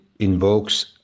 invokes